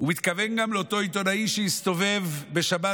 הוא מתכוון גם לאותו עיתונאי שהסתובב בשבת